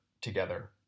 together